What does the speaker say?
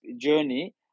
journey